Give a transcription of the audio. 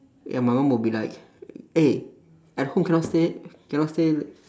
ya my mum will be like eh at home cannot stay cannot stay